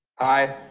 aye.